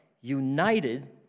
united